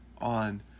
on